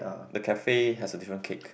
the cafe has a different cake